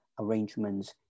arrangements